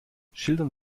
schildern